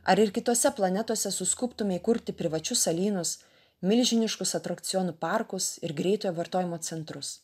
ar ir kitose planetose suskubtumei kurti privačius salynus milžiniškus atrakcionų parkus ir greitojo vartojimo centrus